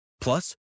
Plus